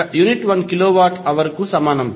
1 unit 1 kilowatt hour కు సమానం